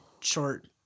Short